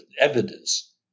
evidence